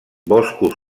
boscos